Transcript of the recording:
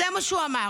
זה מה שהוא אמר.